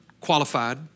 qualified